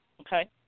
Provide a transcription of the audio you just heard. okay